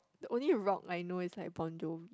the only rock I know is like Bon-Jovi